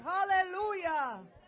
Hallelujah